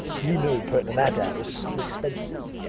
you knew putting an ad out was so expensive,